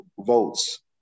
votes